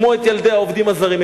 כמו ילדי העובדים הזרים,